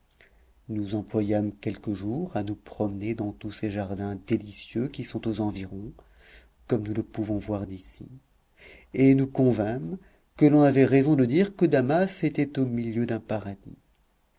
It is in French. nous employâmes quelques jours à nous promener dans tous ces jardins délicieux qui sont aux environs comme nous le pouvons voir d'ici et nous convînmes que l'on avait raison de dire que damas était au milieu d'un paradis